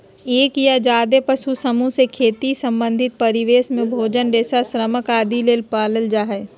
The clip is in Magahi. एक या ज्यादे पशु समूह से खेती संबंधित परिवेश में भोजन, रेशा, श्रम आदि ले पालल जा हई